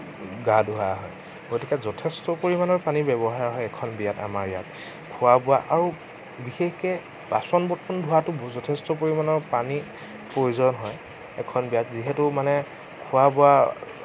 গা ধোওৱা হয় গতিকে যথেষ্ট পৰিমাণৰ পানী ব্যৱহাৰ হয় এখন বিয়াত আমাৰ ইয়াত খোৱা বোৱা আৰু বিশেষকে বাচন বৰ্তন ধোৱাটো যথেষ্ট পৰিমাণৰ পানী প্ৰয়োজন হয় এখন বিয়াত যিহেতু মানে খোৱা বোৱা